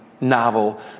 novel